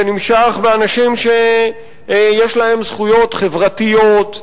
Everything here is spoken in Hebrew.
ונמשך באנשים שיש להם זכויות חברתיות,